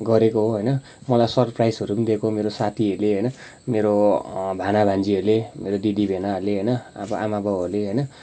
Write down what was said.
गरेको हो होइन मलाई सरप्राइजहरू पनि दिएको मेरो साथीहरूले होइन मेरो भाना भान्जीहरूले मेरोदिदी भेनाहरूले होइन अब आमा बाबाहरूले होइन